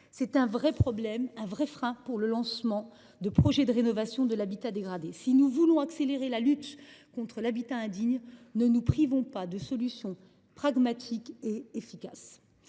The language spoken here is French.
C’est un vrai problème, un vrai frein pour le lancement de projets de rénovation de l’habitat dégradé. Si nous voulons accélérer la lutte contre l’habitat indigne, ne nous privons pas de solutions pragmatiques et efficaces.